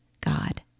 God